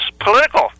political